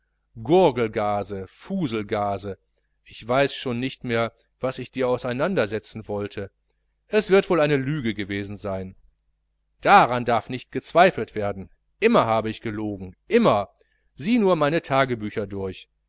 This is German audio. gurgelgase fuselgase ich weiß schon nicht mehr was ich dir auseinandersetzen wollte es wird wohl eine lüge gewesen sein daran darf nicht gezweifelt werden immer hab ich gelogen immer sieh nur meine tagebücher durch